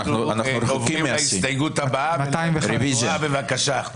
אנחנו עוברים להסתייגות 205, בבקשה.